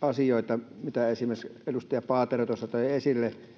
asioita mitä esimerkiksi edustaja paatero tuossa toi esille että